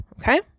Okay